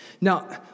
Now